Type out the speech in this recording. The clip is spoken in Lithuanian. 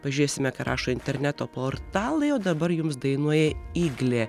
pažiūrėsime ką rašo interneto portalai o dabar jums dainuoja iglė